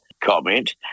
comment